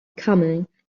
coming